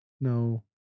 No